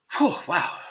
wow